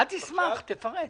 אל תשמח, תפרט.